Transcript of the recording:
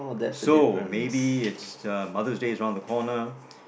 so maybe it's uh Mother's Day around the corner